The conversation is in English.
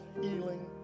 healing